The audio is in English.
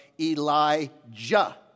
Elijah